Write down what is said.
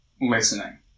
listening